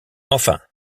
enfin